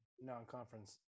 non-conference